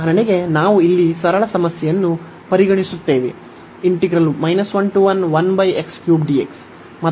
ಉದಾಹರಣೆಗೆ ನಾವು ಇಲ್ಲಿ ಸರಳ ಸಮಸ್ಯೆಯನ್ನು ಪರಿಗಣಿಸುತ್ತೇವೆ